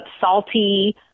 salty